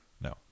No